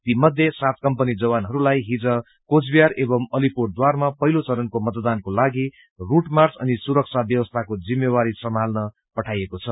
ती मध्ये क सात कम्पनी जवानहरूलाई हिज कोचबिहार एपम् अलिपुरद्वारमा पहिलो चरणको मतदानको लागि रूट मार्च असिन सुरक्षा व्यवस्थाको जिम्मेवारी संभाल्न पठाईएको छ